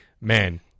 Man